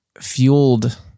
fueled